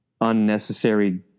unnecessary